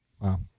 Wow